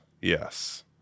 Yes